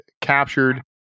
captured